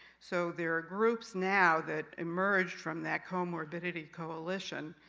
so, there are groups now, that emerged from that comorbidity coalition,